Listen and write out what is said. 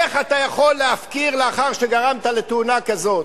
איך אתה יכול להפקיר, לאחר שגרמת לתאונה כזאת?